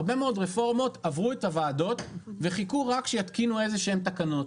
הרבה מאוד רפורמות עברו את הוועדות וחיכו רק שיתקינו איזה שהן תקנות,